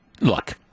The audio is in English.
look